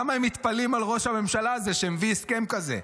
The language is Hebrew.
למה הם מתפלאים על ראש הממשלה הזה שמביא הסכם כזה,